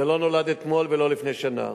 זה לא נולד אתמול ולא לפני שנה.